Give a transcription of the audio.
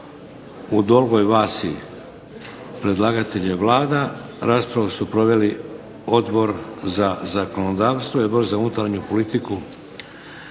P.Z. br. 743. Predlagatelj je Vlada. Raspravu su proveli Odbor za zakonodavstvo i Odbor za unutarnju politiku